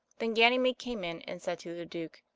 then ganymede came in and said to the duke,